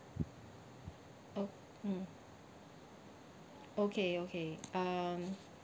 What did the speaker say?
[oh[ uh okay okay um